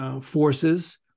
forces